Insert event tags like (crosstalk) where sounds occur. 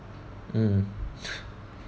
mm (laughs)